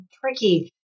tricky